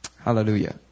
Hallelujah